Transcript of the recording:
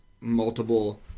multiple